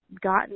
gotten